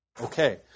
Okay